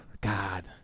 God